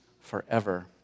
forever